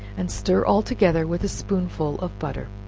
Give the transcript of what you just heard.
and stir all together with a spoonful of butter,